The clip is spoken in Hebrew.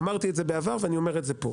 אמרתי את זה בעבר ואני אומר את זה פה.